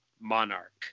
Monarch